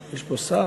יש פה שר?